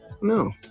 No